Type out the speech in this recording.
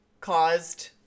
caused